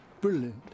brilliant